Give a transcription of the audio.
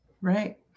Right